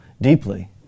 deeply